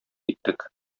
киттек